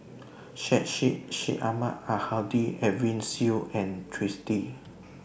Syed Sheikh Syed Ahmad Al Hadi Edwin Siew and Twisstii